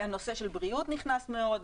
הנושא של בריאות נכנס מאוד,